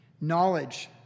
Knowledge